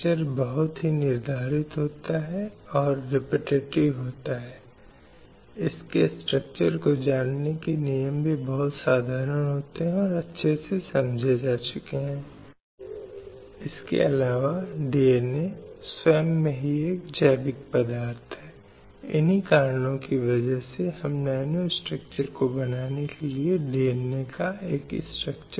जीवन का अधिकार समानता का अधिकार व्यक्ति की स्वतंत्रता और सुरक्षा का अधिकार कानून के तहत समान सुरक्षा का अधिकार सभी प्रकार के भेदभाव से मुक्त होने का अधिकार शारीरिक और मानसिक स्वास्थ्य के उच्चतम मानक प्राप्त करने का अधिकार